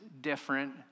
different